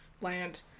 land